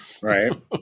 Right